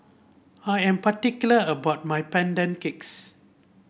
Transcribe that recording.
I am particular about my Pandan Cakes